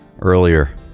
earlier